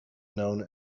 known